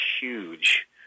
huge –